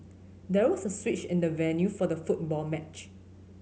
there was a switch in the venue for the football match